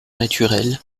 naturel